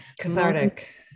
Cathartic